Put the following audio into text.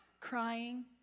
crying